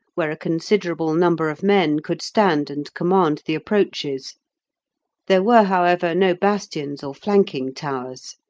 where a considerable number of men could stand and command the approaches there were, however, no bastions or flanking towers.